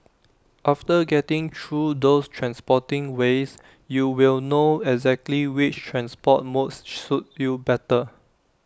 after getting through those transporting ways you will know exactly which transport modes suit you better